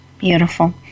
Beautiful